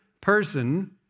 person